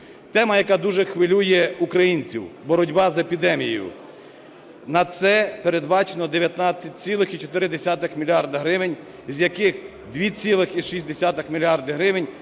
Тема, яка дуже хвилює українців – боротьба з епідемією. На це передбачено 19,4 мільярда гривень, з яких 2,6 мільярда